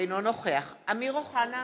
אינו נוכח אמיר אוחנה,